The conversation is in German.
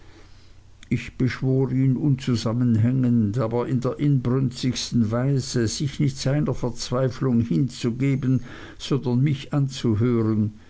ich beschwor ihn unzusammenhängend aber in der inbrünstigsten weise sich nicht seiner verzweiflung hinzugeben sondern mich anzuhören